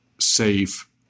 safe